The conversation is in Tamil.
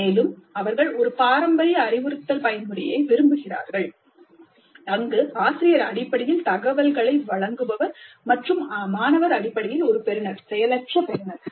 மேலும் அவர்கள் ஒரு பாரம்பரிய அறிவுறுத்தல் பயன்முறையை விரும்புகிறார்கள் அங்கு ஆசிரியர் அடிப்படையில் தகவல்களை வழங்குபவர் மற்றும் மாணவர் அடிப்படையில் ஒரு பெறுநர் செயலற்ற பெறுநர்